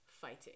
fighting